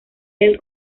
del